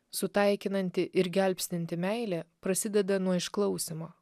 sutaikinanti ir gelbstinti meilė prasideda nuo išklausymo